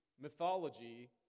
mythology